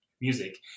Music